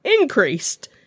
increased